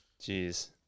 Jeez